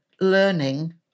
learning